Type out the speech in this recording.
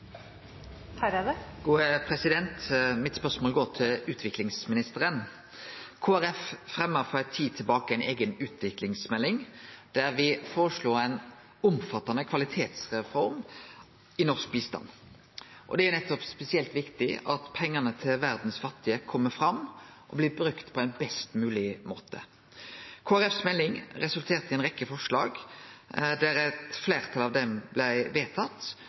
Mitt spørsmål går til utviklingsministeren. Kristeleg Folkeparti fremja for ei tid sidan ei eiga utviklingsmelding der me føreslo ei omfattande kvalitetsreform i norsk bistand. Det er spesielt viktig at pengane til dei fattige i verda kjem fram og blir brukte på ein best mogleg måte. Kristeleg Folkepartis melding resulterte i ei rekkje forslag. Eit fleirtal av dei blei vedtatt,